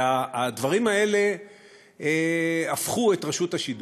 הדברים האלה הפכו את רשות השידור,